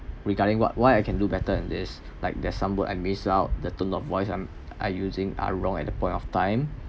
regarding what why I can do better in this like the some modes and miss out the I'm I using are wrong at the point of time